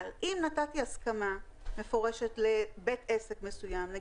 אבל אם נתתי הסכמה מפורשת לבית עסק מסוים,